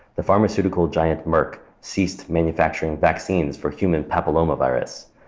the pharmaceutical giant merck ceased manufacturing vaccines for human papilloma virus.